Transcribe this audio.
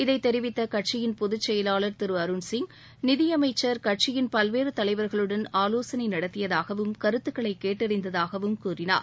இதை தெரிவித்த கட்சியின் பொது செயலாளர் திரு அருண் சிங் நிதி அமைச்சர் கட்சியின் பல்வேறு தலைவர்களுடன் ஆவோசனை நடத்திதாகவும் கருத்துகளை கேட்டறிந்தாகவும் கூறினார்